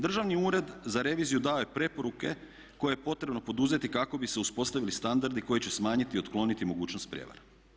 Državni ured za reviziju dao je preporuke koje je potrebno poduzeti kako bi se uspostavili standardi koji će smanjiti i otkloniti mogućnost prijevara.